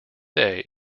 day